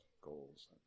goals